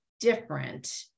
different